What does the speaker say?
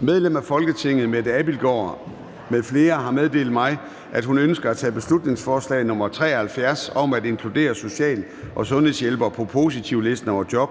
Medlem af Folketinget Mette Abildgaard (KF) m.fl. har meddelt mig, at de ønsker at tage følgende forslag tilbage: Forslag til folketingsbeslutning om at inkludere social- og sundhedshjælpere på positivlisten over job,